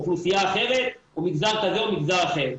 אוכלוסייה אחרת או מגזר כזה או מגזר אחר.